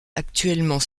actuellement